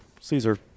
Caesar